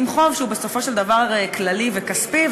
בחוב שהוא בסופו של דבר כללי וכספי.